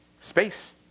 space